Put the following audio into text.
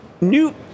New